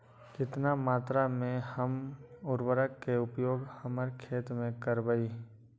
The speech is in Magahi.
कितना मात्रा में हम उर्वरक के उपयोग हमर खेत में करबई?